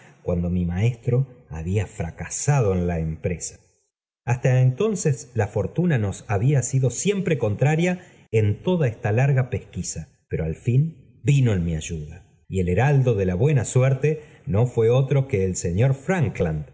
cuando mi maestro había fracasado en la empresa hasta entonces la fortuna nos había sido siempre contraria en toda esta larga pesquisa pero al fin vmo en mi ayuda y el heraldo de la buena suerte no fuó otro que el señor frankland